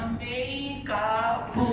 makeup